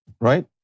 right